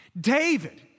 David